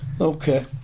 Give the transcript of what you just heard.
Okay